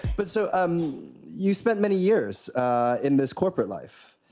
but so um you spent many years in this corporate life.